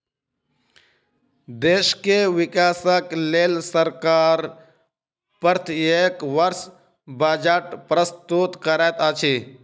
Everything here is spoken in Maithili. देश के विकासक लेल सरकार प्रत्येक वर्ष बजट प्रस्तुत करैत अछि